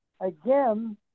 again